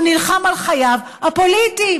הוא נלחם על חייו הפוליטיים,